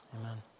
Amen